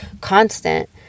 constant